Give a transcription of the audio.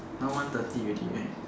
now one thirty already right